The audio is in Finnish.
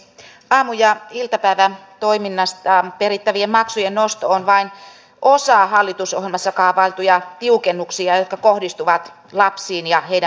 aamu ja iltapäivätoiminnasta perittävien maksujen nosto on vain osa hallitusohjelmassa kaavailtuja tiukennuksia jotka kohdistuvat lapsiin ja heidän perheisiinsä